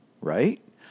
right